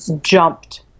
jumped